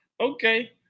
okay